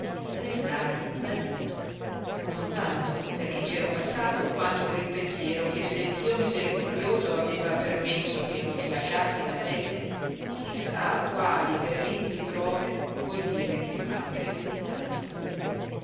restai basito non tanto perché c'ero passato quanto per il pensiero che se dio misericordioso aveva permesso che non ci lasciassi la pelle chi sa a quali terribili prove vuol dire che m'ha